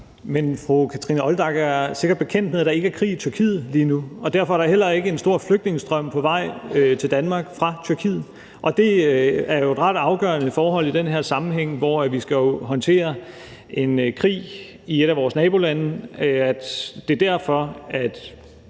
Men fru Kathrine Olldag er sikkert bekendt med, at der ikke er krig i Tyrkiet lige nu, og derfor er der heller ikke en stor flygtningestrøm på vej til Danmark fra Tyrkiet, og det er jo et ret afgørende forhold i den her sammenhæng, hvor vi jo skal håndtere en krig i et af vores nabolande, og det er derfor,